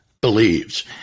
believes